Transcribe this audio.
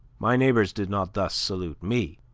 my neighbors did not thus salute me,